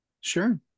Sure